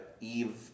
Eve